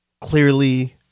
clearly